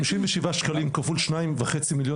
חמישים ושבעה שקלים כפול שניים וחצי מיליון